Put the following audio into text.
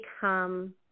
become